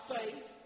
faith